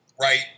right